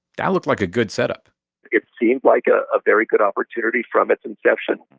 that looked like a good set-up it seemed like ah a very good opportunity from its inception.